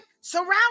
surround